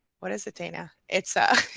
what is it dana, it's a.